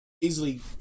easily